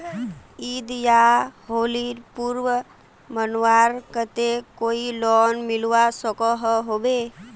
ईद या होली पर्व मनवार केते कोई लोन मिलवा सकोहो होबे?